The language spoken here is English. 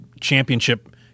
championship